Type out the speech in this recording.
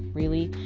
really?